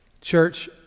Church